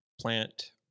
plant